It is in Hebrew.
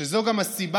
שזו גם הסיבה,